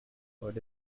what